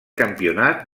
campionat